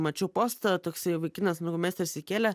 mačiau postą toksai vaikinas nagų meistras įkėlė